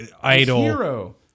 idol